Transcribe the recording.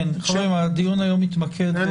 חברים, הדיון היום מתמקד בחוק.